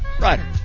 Rider